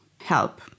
help